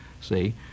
see